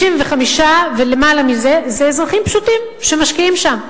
95% ולמעלה מזה, זה אזרחים פשוטים שמשקיעים שם.